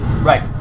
Right